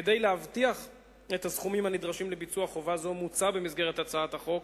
כדי להבטיח את הסכומים הנדרשים לביצוע חובה זו מוצע בהצעת החוק,